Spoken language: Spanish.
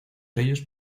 ellos